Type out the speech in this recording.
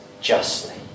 justly